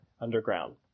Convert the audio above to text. underground